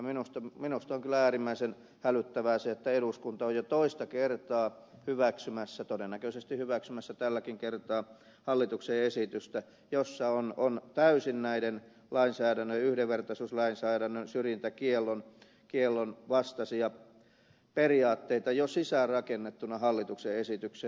minusta on kyllä äärimmäisen hälyttävää se että eduskunta on jo toista kertaa hyväksymässä todennäköisesti hyväksymässä tälläkin kertaa hallituksen esitystä jossa on täysin yhdenvertaisuuslainsäädännön syrjintäkiellon vastaisia periaatteita jo sisään rakennettuna hallituksen esitykseen